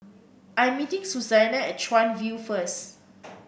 I am meeting Susannah at Chuan View first